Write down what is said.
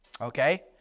Okay